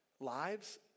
lives